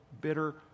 bitter